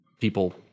People